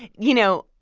you know,